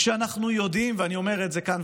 כשאנחנו יודעים ואני אומר את זה כאן,